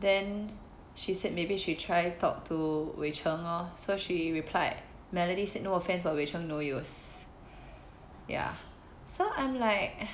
then she said maybe she try talk to wei cheng lor so she replied melody said no offense but wei cheng no use ya so I'm like